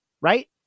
right